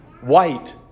white